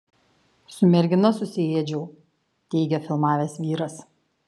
su mergina susiėdžiau teigia filmavęs vyras